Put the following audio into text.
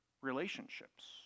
Relationships